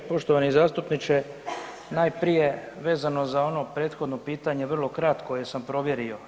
Poštovani zastupniče, najprije vezano za ono prethodno pitanje vrlo kratko jer sam provjerio.